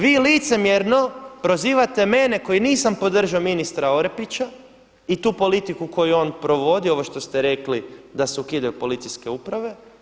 Vi licemjerno prozivate mene koji nisam podržao ministra Orepića i tu politiku koju je on provodio, ovo što ste rekli da se ukidaju policijske uprave.